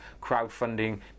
crowdfunding